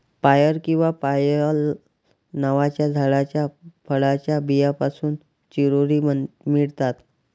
पायर किंवा पायल नावाच्या झाडाच्या फळाच्या बियांपासून चिरोंजी मिळतात